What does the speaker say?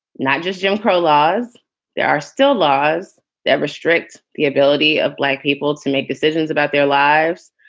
not just jim crow laws there are still laws that restrict the ability of black people to make decisions about their lives,